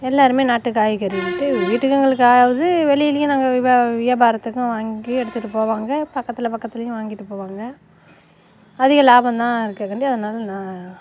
எல்லாேருமே நாட்டு காய்கறிண்டு வீட்டுக்கும் எங்களுக்கு ஆகுது வெளியிலேயும் நாங்கள் வியாபா வியாபாரத்துக்கும் வாங்கி எடுத்துகிட்டு போவாங்க பக்கத்தில் பக்கத்துலேயும் வாங்கிகிட்டு போவாங்க அதிக லாபம் தான் இருக்கக்காண்டி அதனால நான்